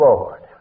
Lord